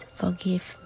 forgive